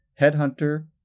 headhunter